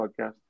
podcast